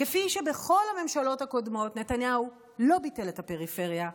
כפי שבכל הממשלות הקודמות נתניהו לא ביטל את הפריפריה,